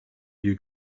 you